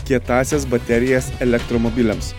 kietąsias baterijas elektromobiliams